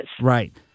Right